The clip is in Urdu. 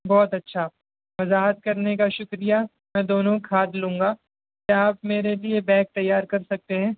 بہت اچھا وضاحت کرنے کا شکریہ میں دونوں کھاد لوں گا کیا آپ میرے لیے بیگ تیار کر سکتے ہیں